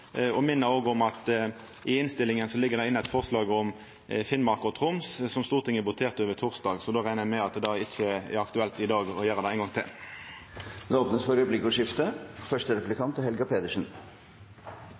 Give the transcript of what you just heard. Eg minner òg om at i innstillinga ligg det inne eit forslag om Finnmark og Troms som Stortinget voterte over torsdag, så eg reknar med at det ikkje er aktuelt å gjera det ein gong til i dag. Det blir replikkordskifte.